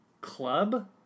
club